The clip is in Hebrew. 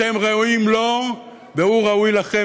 אתם ראויים לו והוא ראוי לכם.